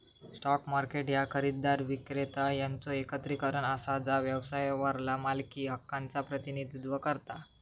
stock market ह्या खरेदीदार, विक्रेता यांचो एकत्रीकरण असा जा व्यवसायावरल्या मालकी हक्कांचा प्रतिनिधित्व करता